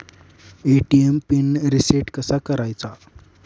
ATM pin reset कसा करायचा?